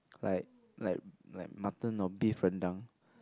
like like like mutton or beef rendang